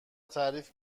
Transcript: تعریف